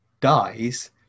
dies